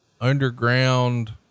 underground